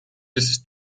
dieses